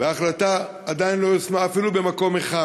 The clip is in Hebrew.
וההחלטה עדיין לא יושמה אפילו במקום אחד.